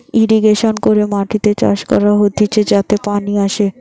irrigation করে মাটিতে চাষ করা হতিছে যাতে পানি আসে